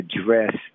address